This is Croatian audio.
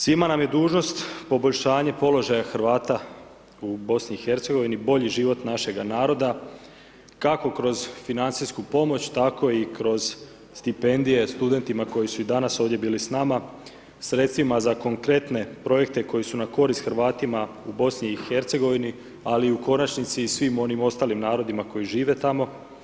Svima nam je dužnost poboljšanje položaja Hrvata u BiH i bolji život našega naroda kako kroz financijsku pomoć, tako i kroz stipendije studentima koji su i danas ovdje bili s nama sa sredstvima za konkretne projekte koji su na korist Hrvatima u BiH ali i u konačnici i svim onim ostalim narodima koji žive tamo.